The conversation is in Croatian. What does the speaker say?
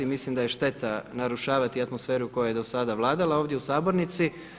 Mislim da je šteta narušavati atmosferu koja je dosada vladala ovdje u sabornici.